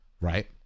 right